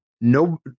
No